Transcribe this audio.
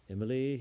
Emily